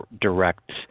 direct